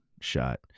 shot